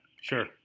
Sure